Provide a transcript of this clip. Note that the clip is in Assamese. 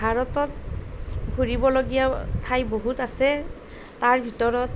ভাৰতত ঘূৰিবলগীয়া ঠাই বহুত আছে তাৰ ভিতৰত